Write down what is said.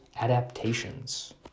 adaptations